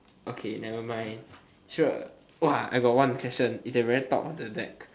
okay nevermind sure !wow! I got one question its at the very top of the deck